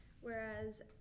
whereas